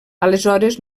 aleshores